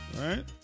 right